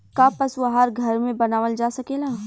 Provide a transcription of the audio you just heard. का पशु आहार घर में बनावल जा सकेला?